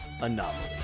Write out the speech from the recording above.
Anomaly